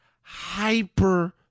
hyper